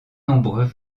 nombreux